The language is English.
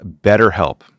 BetterHelp